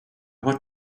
what